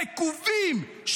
רקובים,